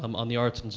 um on the arts, and